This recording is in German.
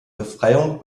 befreiung